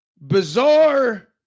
bizarre